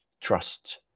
trust